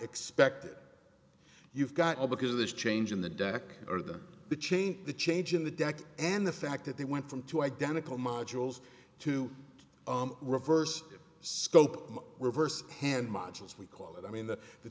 expected you've got all because of this change in the deck or that the change the change in the deck and the fact that they went from two identical modules to reverse scope of reverse hand modules we call it i mean that the